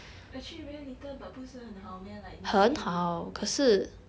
actually very little but 不是很好 meh like 你可以